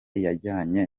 yajyanye